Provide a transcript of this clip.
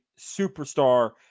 superstar